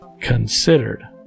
considered